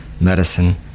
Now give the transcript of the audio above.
medicine